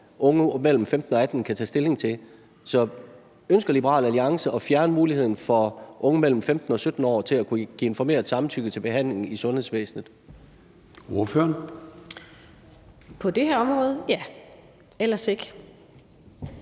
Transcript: unge mellem 15 og 18 år kan tage stilling til. Så ønsker Liberal Alliance at fjerne muligheden for unge mellem 15 og 17 år for at kunne give informeret samtykke til behandling i sundhedsvæsenet?